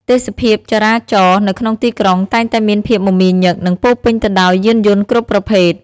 ទេសភាពចរាចរណ៍នៅក្នុងទីក្រុងតែងតែមានភាពមមាញឹក និងពោរពេញទៅដោយយានយន្តគ្រប់ប្រភេទ។